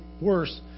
worse